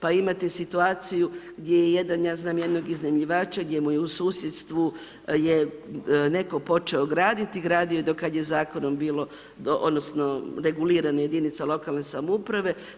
Pa imate situaciju gdje je jedan, ja znam jednog iznajmljivača gdje mu je u susjedstvu je netko počeo graditi, gradio je do kad je zakonom bilo odnosno regulirane jedinice lokalne samouprave.